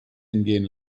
entgehen